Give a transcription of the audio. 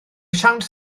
siawns